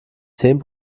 zehn